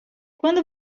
quando